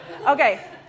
Okay